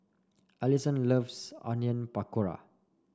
Allison loves Onion Pakora